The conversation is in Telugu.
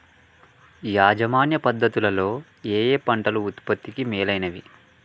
యాజమాన్య పద్ధతు లలో ఏయే పంటలు ఉత్పత్తికి మేలైనవి?